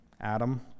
Adam